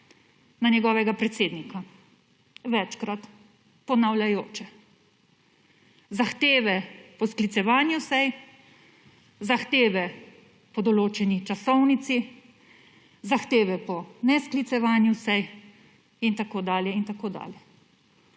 na njegovega predsednika. Večkrat. Ponavljajoče. Zahteve po sklicevanju sej, zahteve po določeni časovnici, zahteve po nesklicevanju sej in tako dalje